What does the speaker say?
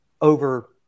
over